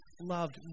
loved